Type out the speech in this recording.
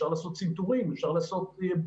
אפשר לעשות צנתורים,